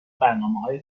برنامههای